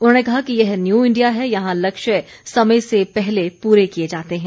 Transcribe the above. उन्होंने कहा कि यह न्यू इंडिया है जहां लक्ष्य समय से पहले पूरे किए जाते हैं